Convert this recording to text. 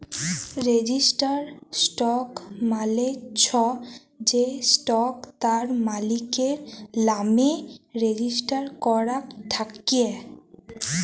registered stock মালে চ্ছ যে স্টক তার মালিকের লামে রেজিস্টার করাক থাক্যে